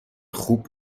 خوب